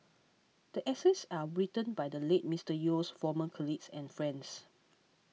the essays are written by the late Mister Yeo's former colleagues and friends